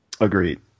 Agreed